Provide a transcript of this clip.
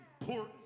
important